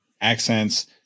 accents